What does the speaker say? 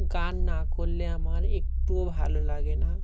গান না করলে আমার একটুও ভালো লাগে না